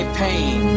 pain